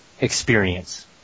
experience